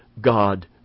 God